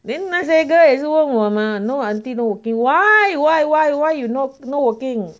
then 那些 girl 也是问我 mah no auntie no working why why why why you no working